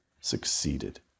succeeded